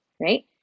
right